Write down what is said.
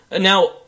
Now